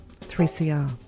3CR